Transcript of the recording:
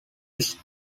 its